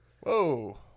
Whoa